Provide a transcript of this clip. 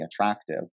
attractive